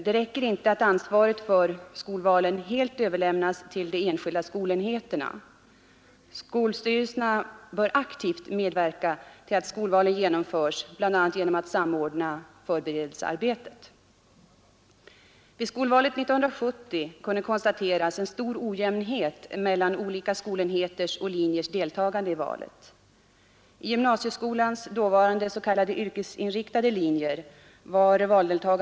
Det räcker inte att ansvaret för skolvalen helt överlämnas till de enskilda skolenheterna. Skolstyrelserna bör aktivt medverka till att skolval genomförs, bl.a. genom att samordna förberedelsearbetet. Vid skolvalet 1970 kunde konstateras en stor ojämnhet mellan olika skolenheters och linjers deltagande i valet. Vid gymnasieskolans dåva var.